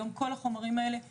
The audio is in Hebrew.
היום החומרים האלה א'